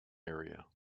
area